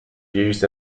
used